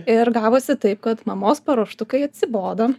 ir gavosi taip kad mamos paruoštukai atsibodo